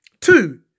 Two